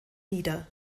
nieder